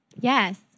Yes